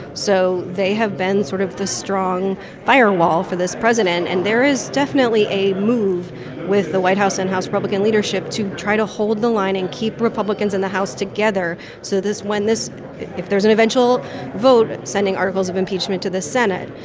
so they have been sort of this strong firewall for this president and there is definitely a move with the white house and house republican leadership to try to hold the line and keep republicans in the house together so that this when this if there's an eventual vote sending articles of impeachment to the senate,